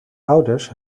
ouders